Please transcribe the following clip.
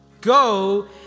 Go